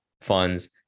funds